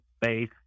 base